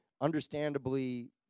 understandably